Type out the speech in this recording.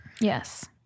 Yes